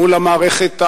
מול המערכת הצבאית,